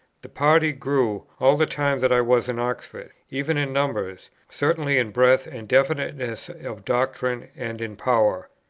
the party grew, all the time that i was in oxford, even in numbers, certainly in breadth and definiteness of doctrine, and in power.